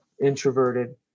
introverted